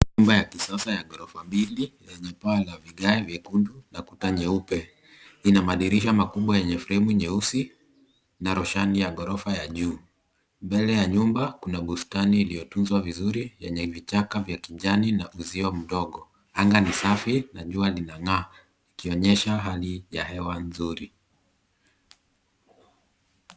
Nyumba ya kisasa ya ghorofa mbili yenye paa la vigae vyekundu na kuta nyeupe. Lina madirisha makubwa yenye fremu nyeusi, na roshani ya ghorofa ya juu. Mbele ya nyumba, kuna bustani iliyotunzwa vizuri, yenye vichaka vya kijani na uzio mdogo. Anga ni safi, na jua linang'aa. Ikionyesha hali ya hewa nzuri.